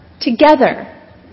Together